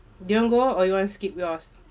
do you want go or you want skip yours